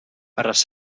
pärast